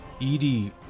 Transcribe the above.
Edie